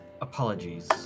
Apologies